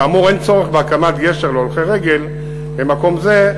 כאמור, אין צורך בהקמת גשר להולכי רגל במקום זה,